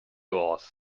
oars